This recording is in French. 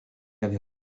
avait